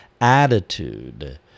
attitude